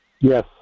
Yes